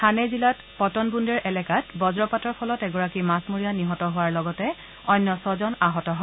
থানে জিলাত পটনবুন্দেৰ এলেকাত বজ্ৰপাতৰ ফলত এগৰাকী মাছমৰীয়া নিহত হোৱাৰ লগতে অন্য ছজন আহত হয়